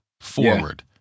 Forward